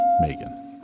megan